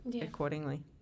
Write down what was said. accordingly